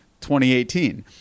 2018